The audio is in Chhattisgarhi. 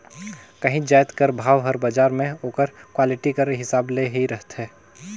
काहींच जाएत कर भाव हर बजार में ओकर क्वालिटी कर हिसाब ले ही रहथे